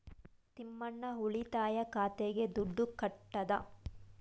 ತಿಮ್ಮಣ್ಣ ಉಳಿತಾಯ ಖಾತೆಗೆ ದುಡ್ಡು ಕಟ್ಟದ